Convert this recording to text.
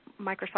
Microsoft